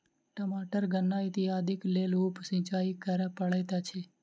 टमाटर गन्ना इत्यादिक लेल उप सिचाई करअ पड़ैत अछि